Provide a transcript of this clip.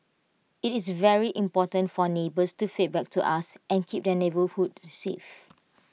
IT is very important for neighbours to feedback to us and keep their neighbourhood safe